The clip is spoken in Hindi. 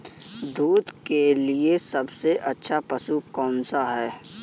दूध के लिए सबसे अच्छा पशु कौनसा है?